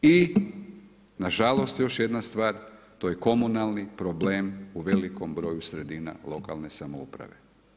I nažalost još jedna stvar, to je komunalni problem u velikom broju sredina lokalne samouprave.